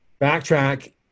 backtrack